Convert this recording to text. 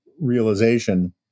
realization